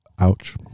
ouch